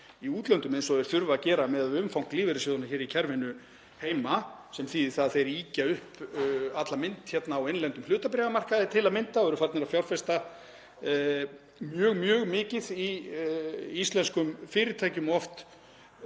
í útlöndum eins og þeir þurfa að gera miðað við umfang lífeyrissjóðanna í kerfinu heima, sem þýðir að þeir ýkja upp alla mynd á innlendum hlutabréfamarkaði til að mynda og eru farnir að fjárfesta mjög mikið í íslenskum fyrirtækjum, oft